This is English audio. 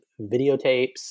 videotapes